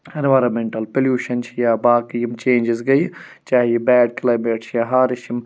environmental pollution چھُ یا باقٕے یِم چینٛجِز گٔیہِ چاہے یہِ بیڈ کٕلیایمیٹ چھِ یا ہارٕش یِم